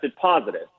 positive